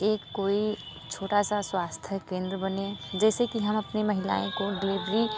एक कोई छोटा सा स्वास्थ्य केंद्र बनें जैसे कि हम अपने महिलाओं को डिलेवरी